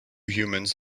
humans